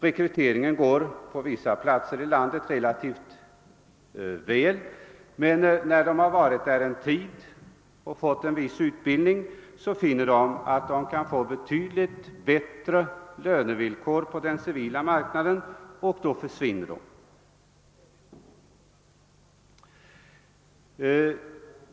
Rekryteringen går på vissa platser i landet relativt bra, men när de anställda har varit inom försvaret en tid och fått en viss utbildning, finner de att de kan få betydligt bättre lönevillkor på den civila marknaden och då försvinner de.